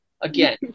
again